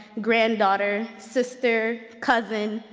granddaughter, sister, cousin,